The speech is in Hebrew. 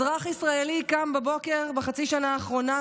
אזרח ישראלי קם בבוקר בחצי שנה האחרונה,